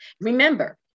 Remember